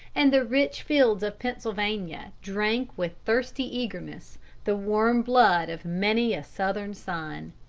and the rich fields of pennsylvania drank with thirsty eagerness the warm blood of many a southern son.